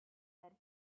that